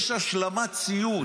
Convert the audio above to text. יש השלמת ציוד.